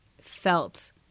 felt